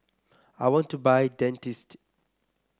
I want to buy Dentiste